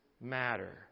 matter